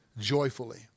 joyfully